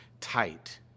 tight